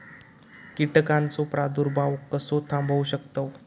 कीटकांचो प्रादुर्भाव कसो थांबवू शकतव?